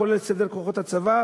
כולל סדר כוחות הצבא,